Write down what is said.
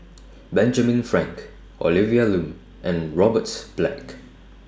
Benjamin Frank Olivia Lum and Robert Black